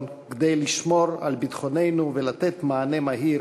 כדי לשמור על ביטחוננו ולתת מענה מהיר